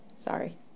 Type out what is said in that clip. Sorry